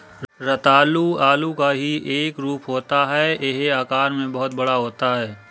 रतालू आलू का ही एक रूप होता है यह आकार में बहुत बड़ा होता है